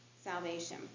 salvation